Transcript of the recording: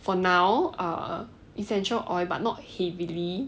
for now err essential oil but not heavily